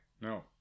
No